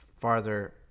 farther